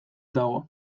dago